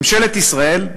ממשלת ישראל,